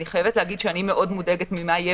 אני חייבת להגיד שאני מאוד מודאגת ממה שיהיה